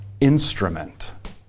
instrument